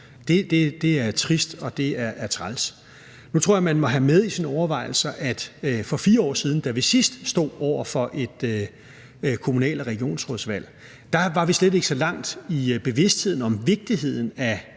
Det er trist, og det er træls. Nu tror jeg, man må have med i sine overvejelser, at vi for 4 år siden, da vi sidst stod over for et kommunal- og regionsrådsvalg, slet ikke var så langt i bevidstheden om vigtigheden af